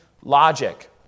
logic